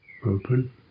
open